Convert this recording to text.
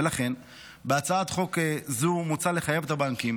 ולכן בהצעת חוק זו מוצע לחייב את הבנקים